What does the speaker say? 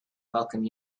welcome